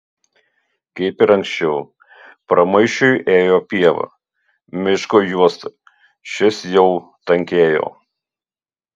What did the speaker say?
kaip ir anksčiau pramaišiui ėjo pieva miško juosta šis jau tankėjo